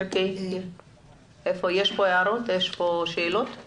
יש שאלות או